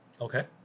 Okay